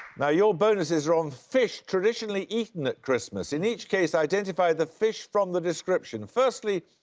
now, your bonuses are on fish traditionally eaten at christmas. in each case, identify the fish from the description. firstly,